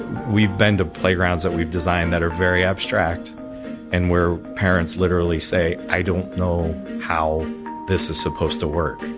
we've been to playgrounds that we've designed that are very abstract and where parents literally say i don't know how this is supposed to work.